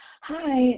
Hi